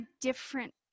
different